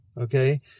okay